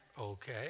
Okay